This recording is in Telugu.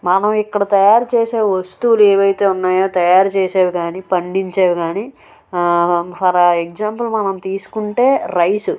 మనం ఇక్కడ తయారుచేసే వస్తువులు ఏవి అయితే ఉన్నాయో తయారుచేసేవి కాని పండించేవి కానీ ఫర్ ఎక్సమ్పుల్ మనం తీసుకుంటే రైసు